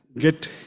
get